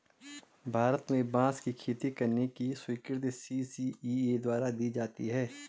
भारत में बांस की खेती करने की स्वीकृति सी.सी.इ.ए द्वारा दी जाती है